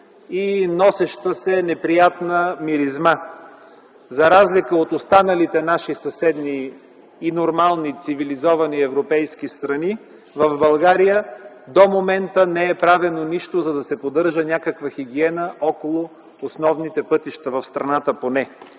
и носеща се неприятна миризма. За разлика от останалите наши съседни и цивилизовани европейски страни, в България до момента не е правено нищо, че да се поддържа някаква хигиена около основните пътища в страната.